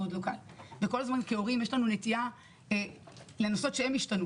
כל הזמן כהורים יש לנו נטייה שהם ישתנו